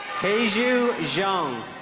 haeju jeong